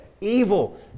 evil